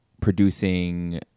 producing